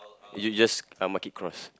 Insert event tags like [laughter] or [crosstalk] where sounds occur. [noise] you just uh mark it cross